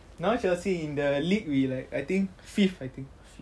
now chelsea in the league we like I think fifth I think